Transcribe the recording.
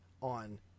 On